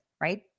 right